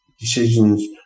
decisions